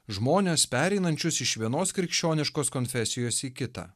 žmones pereinančius iš vienos krikščioniškos konfesijos į kitą